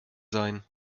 sein